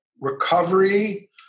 recovery